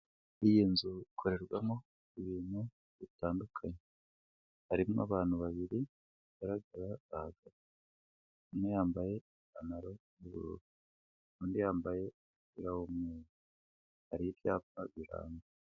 Iyi nzu ikorerwamo ibintu bitandukanye harimo abantu babiri bagaragara bahaga umwe yambaye ipantaro y'ubururu undi yambayemo haribyapa biranga.